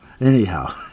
Anyhow